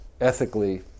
ethically